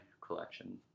collection